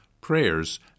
prayers